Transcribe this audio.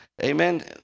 Amen